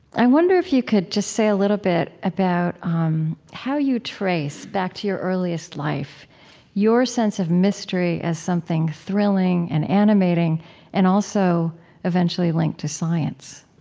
i wonder if you could just say a little bit about um how you trace back to your earliest life your sense of mystery as something thrilling and animating and also eventually linked to science